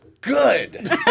good